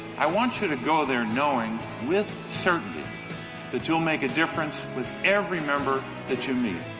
i want you to go there knowing with certainty that youill make a difference with every member that you meet.